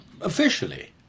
officially